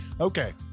Okay